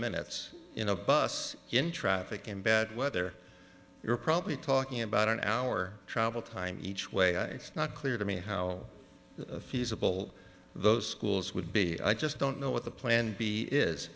minutes in a bus in traffic in bad weather you're probably talking about an hour travel time each way it's not clear to me how feasible those schools would be i just don't know what the plan b